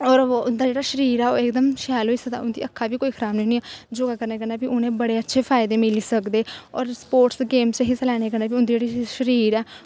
और उंदा जेह्ड़ा शरीर ऐ इकदम शैल होई सकदा अक्खां बी शराब नी होनियां योगा करने कन्नै बी उनेंगी अच्छे फायदे मिली सकदे और स्पोटस गेमस च हिस्सा लैने कन्ने उंदी जेह्ड़ी शरीर ऐ